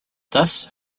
thus